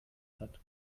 hat